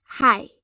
Hi